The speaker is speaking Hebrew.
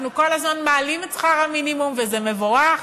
אנחנו כל הזמן מעלים את שכר המינימום, וזה מבורך,